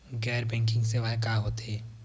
गैर बैंकिंग सेवाएं का होथे?